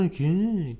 Okay